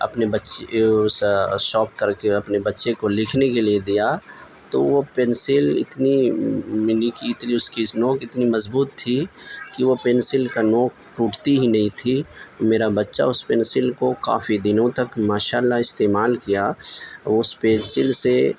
اپنے بچی اس شاپ کر کے اپنے بچے کو لکھنے کے لیے دیا تو وہ پنسل اتنی ملی کہ اتنی اس کی اس نوک اتنی مضبوط تھی کہ وہ پنسل کا نوک ٹوٹتی ہی نہیں تھی میرا بچہ اس پنسل کو کافی دنوں تک ماشاء اللہ استعمال کیا اس پنسل سے